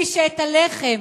את הלחם